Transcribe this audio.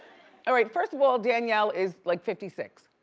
all right, first of all, danielle is like fifty six.